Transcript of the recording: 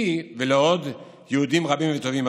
לי ולעוד יהודים רבים וטובים,